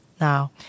now